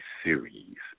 series